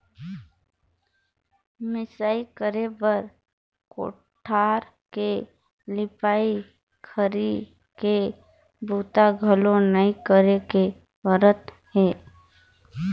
मिंसई करे बर कोठार के लिपई, खरही के बूता घलो नइ करे के परत हे